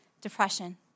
depression